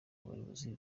bayobozi